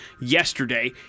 yesterday